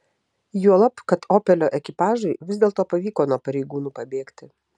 juolab kad opelio ekipažui vis dėlto pavyko nuo pareigūnų pabėgti